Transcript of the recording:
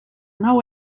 nou